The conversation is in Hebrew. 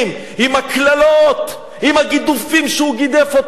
עם הקללות, עם הגידופים שהוא גידף אותם.